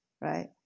right